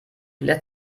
lässt